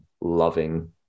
loving